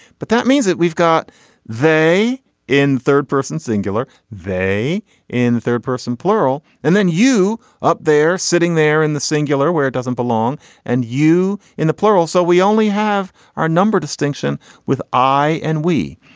but that means that we've got they in third person singular they in third person plural. and then you up there sitting there in the singular where it doesn't belong and you in the plural so we only have our no distinction with ai and we.